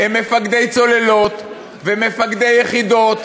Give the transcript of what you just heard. הם מפקדי צוללות ומפקדי יחידות,